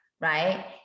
right